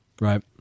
Right